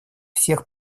всех